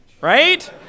right